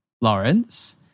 Lawrence